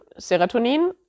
serotonin